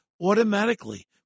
automatically